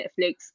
Netflix